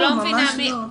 לא, ממש לא.